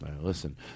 Listen